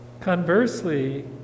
Conversely